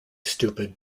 stupid